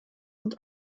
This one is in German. und